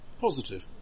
Positive